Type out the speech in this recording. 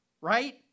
Right